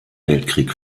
weltkrieg